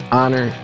honor